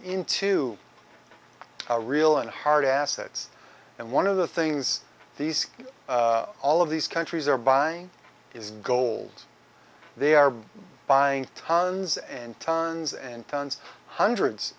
into real and hard assets and one of the things these all of these countries are buying is gold they are buying tons and tons and tons hundreds